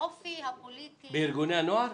האופי הפוליטי --- בארגוני הנוער?